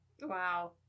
Wow